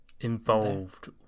involved